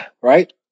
right